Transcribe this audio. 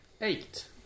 Eight